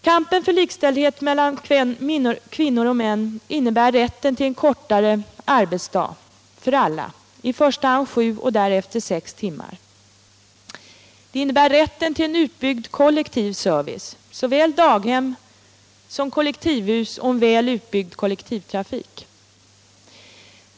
Kampen för likställdhet mellan kvinnor och män innebär rätt till en kortare arbetsdag för alla, i första hand sju och därefter sex timmar. Den innebär rätt till en utbyggd kollektiv service, såväl daghem som kollektivhus, och en väl utbyggd kollektivtrafik.